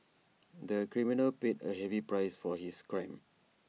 the criminal paid A heavy price for his crime